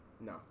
No